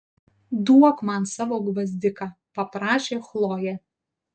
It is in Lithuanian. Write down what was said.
duok man savo gvazdiką paprašė chlojė